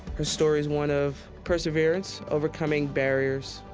her story is one of perseverance, overcoming barriers.